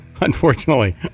unfortunately